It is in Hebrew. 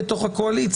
גם בתוך הקואליציה,